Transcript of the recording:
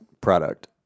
product